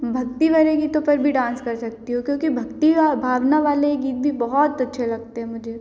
भक्ति भरे गीतों पर भी डांस कर सकती हूँ क्योंकि भक्ति व भावना वाले गीत भी बहुत अच्छे लगते हैं मुझे